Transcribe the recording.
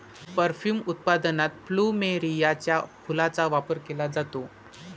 perfume उत्पादनात प्लुमेरियाच्या फुलांचा वापर केला जातो